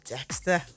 Dexter